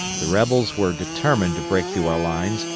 the rebels were determined to break through our lines,